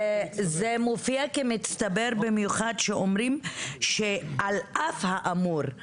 זה מופיע כמצטבר, במיוחד כשאומרים 'על אף האמור'.